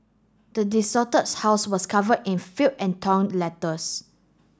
the desolated house was cover in filth and torn letters